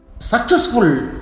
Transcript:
successful